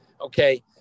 Okay